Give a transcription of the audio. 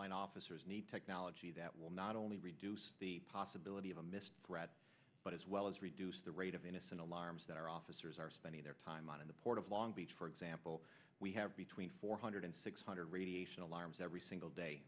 frontline officers need technology that will not only reduce the possibility of a missed threat but as well as reduce the rate of innocent alarms that our officers are spending their time on in the port of long beach for example we have between four hundred and six hundred radiation alarms every single day